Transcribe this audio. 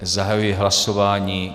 Zahajuji hlasování.